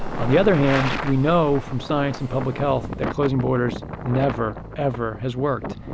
on the other hand, we know from science and public health that closing borders never, ever has worked.